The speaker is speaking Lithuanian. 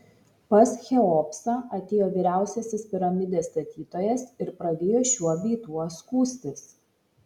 pas cheopsą atėjo vyriausiasis piramidės statytojas ir pradėjo šiuo bei tuo skųstis